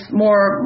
more